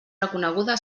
recorreguda